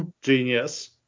Genius